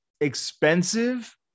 expensive